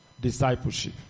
discipleship